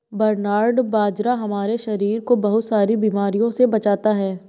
barnyard बाजरा हमारे शरीर को बहुत सारी बीमारियों से बचाता है